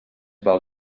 val